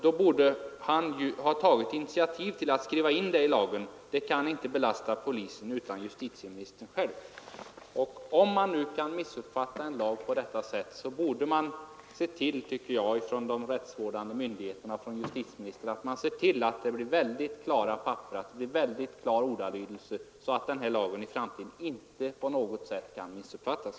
— Då borde han ha tagit initiativ till att skriva in det i lagen. Det kan inte belasta polisen utan justitieministern själv.” Om man nu kan missuppfatta en lag på det sättet borde, tycker jag, de rättsvårdande myndigheterna och justitieministern se till att det blir en väldigt klar ordalydelse på den här punkten så att den inte i framtiden på något sätt kan missuppfattas.